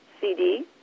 CD